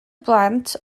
blant